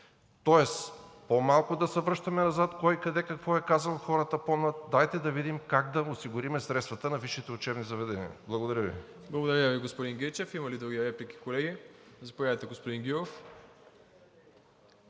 Тоест по-малко да се връщаме назад кой, къде, какво е казал – хората помнят, дайте да видим как да осигурим средствата на висшите учебни заведения. Благодаря Ви. ПРЕДСЕДАТЕЛ МИРОСЛАВ ИВАНОВ: Благодаря Ви, господин Гечев. Има ли други реплики, колеги? Заповядайте, господин Гюров.